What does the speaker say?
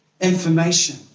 information